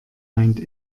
meint